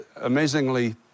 amazingly